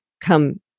come